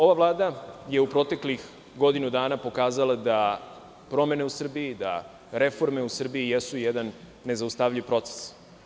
Ova vlada je u proteklih godinu dana pokazala da promene i reforme u Srbiji jesu jedan nezaustavljiv proces.